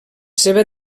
seva